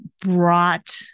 brought